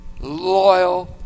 Loyal